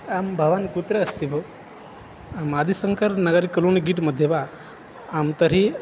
आं भवान् कुत्र अस्ति भोः मादिसङ्कर् नगरी कलोनी गीट्मध्ये वा आं तर्हि